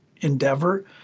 endeavor